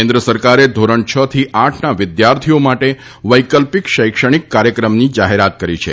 કેન્દ્ર સરકારે ધોરણ છ થી આઠના વિદ્યાર્થીઓ માટે વૈકલ્પિક શૈક્ષણિક કાર્યક્રમની જાહેરાત કરી છે